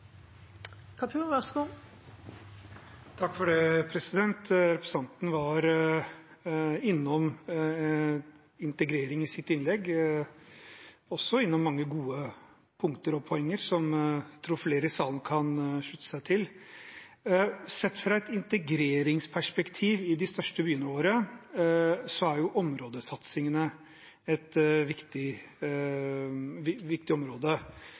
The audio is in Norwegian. Representanten var innom integrering i sitt innlegg og nevnte mange gode punkter og poenger som jeg tror flere i salen kan slutte seg til. Sett fra et integreringsperspektiv er områdesatsingene i de største byene våre et viktig område. Rødt er ikke med på nødvendigvis å styre Oslo, men er en viktig budsjettpartner i denne byen. Vi